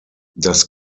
das